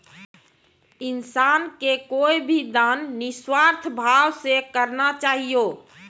इंसान के कोय भी दान निस्वार्थ भाव से करना चाहियो